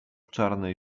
czarnej